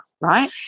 right